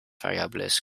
variables